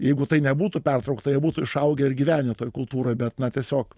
jeigu tai nebūtų pertraukta jie būtų išaugę ir gyvenę toj kultūroj bet na tiesiog